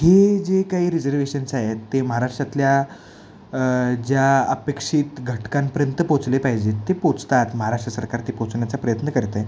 हे जे काही रिजर्वेशन्स आहेत ते महाराष्ट्रातल्या ज्या अपेक्षित घटकांपर्यंत पोहोचले पाहिजे ते पोहोचतात महाराष्ट्र सरकार ते पोहोचण्याचा प्रयत्न करते